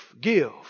give